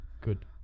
good